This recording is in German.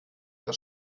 das